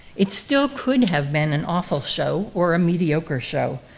it still could have been an awful show, or a mediocre show,